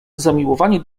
zamiłowanie